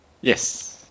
Yes